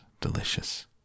delicious